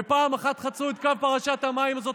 ופעם אחת חצו את קו פרשת המים הזאת,